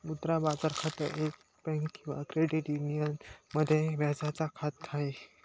मुद्रा बाजार खातं, एक बँक किंवा क्रेडिट युनियन मध्ये व्याजाच खात आहे